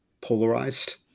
polarized